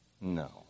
No